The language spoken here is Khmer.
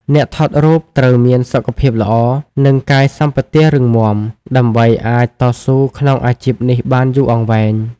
អ្នកថតរូបត្រូវមានសុខភាពល្អ និងកាយសម្បទារឹងមាំ ដើម្បីអាចតស៊ូក្នុងអាជីពនេះបានយូរអង្វែង។